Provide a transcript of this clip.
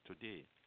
today